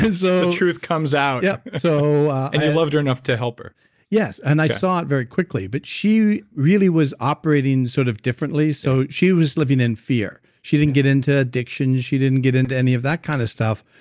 the truth comes out yeah, so and you loved her enough to help her yes, and i saw it very quickly, but she really was operating sort of differently so she was living in fear. she didn't get into addiction, she didn't get into any of that kind of stuff,